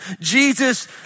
Jesus